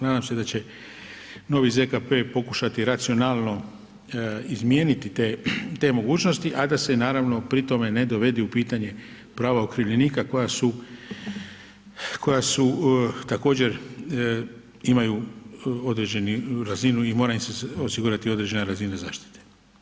Nadam se da će novi ZKP pokušati racionalno izmijeniti te mogućnosti, a da se naravno pri tome ne dovede u pitanje prava okrivljenika koja su, koja su također imaju određeni razinu i mora im se osigurati određena razina zaštite.